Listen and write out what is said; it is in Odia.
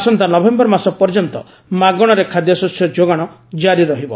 ଆସନ୍ତା ନଭେମ୍ବର ମାସ ପର୍ଯ୍ୟନ୍ତ ମାଗଣାରେ ଖାଦ୍ୟଶସ୍ୟ ଯୋଗାଣ କାରି ରହିବ